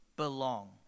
belong